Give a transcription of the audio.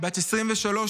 בת 23,